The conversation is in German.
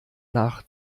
nach